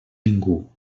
ningú